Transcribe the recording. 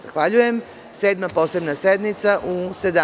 Zahvaljujem, Sedma posebna sednica u 17,